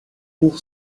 pour